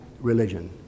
religion